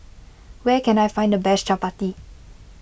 where can I find the best Chappati